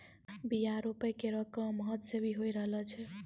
बीया रोपै केरो काम हाथ सें भी होय रहलो छै